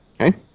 Okay